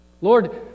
Lord